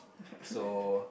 so